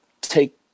take